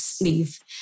leave